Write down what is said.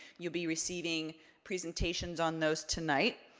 you'll be receiving presentations on those tonight.